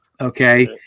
Okay